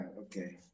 Okay